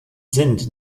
sind